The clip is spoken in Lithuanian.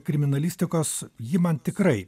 kriminalistikos ji man tikrai